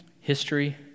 history